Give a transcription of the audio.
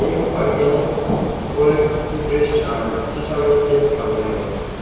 एक organic cold pressed सिसामे तेल फर्काउनुहोस्